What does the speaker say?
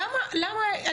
למה?